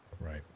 Right